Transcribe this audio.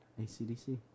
ACDC